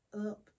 up